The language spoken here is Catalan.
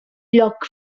lloc